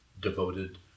devoted